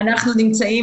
סליחה.